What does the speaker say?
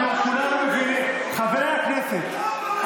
אנחנו כולנו מבינים, חברי הכנסת,